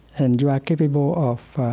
and you are capable of